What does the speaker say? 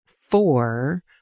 four